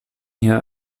hier